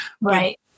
right